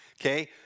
okay